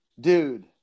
dude